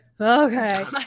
okay